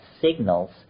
signals